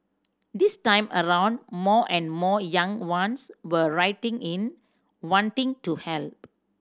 this time around more and more young ones were writing in wanting to help